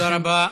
תודה רבה.